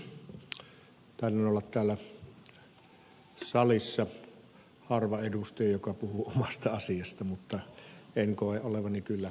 taidan olla täällä salissa yksi harvoista edustajista jotka puhuvat omasta asiasta mutta en koe olevani kyllä esteellinen enkä jäävi